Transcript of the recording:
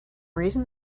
reason